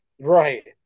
Right